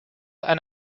and